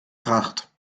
kracht